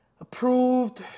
Approved